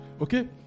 Okay